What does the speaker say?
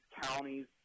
counties